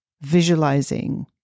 visualizing